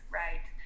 right